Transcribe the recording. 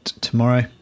tomorrow